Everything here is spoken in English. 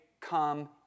come